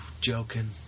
joking